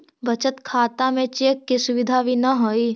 बचत खाता में चेक के सुविधा भी न हइ